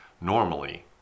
Normally